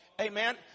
Amen